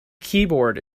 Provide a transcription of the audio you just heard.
keyboard